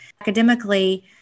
Academically